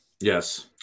Yes